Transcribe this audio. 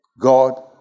God